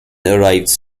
arrives